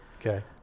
okay